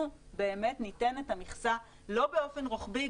באמת ניתן את המכסה לא באופן רוחבי.